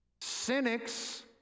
cynics